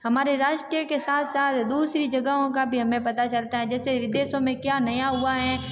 हमारे राष्ट्र के साथ साथ दूसरी जगाओं का भी हमें पता चलता है जैसे विदेशों में क्या नया हुआ है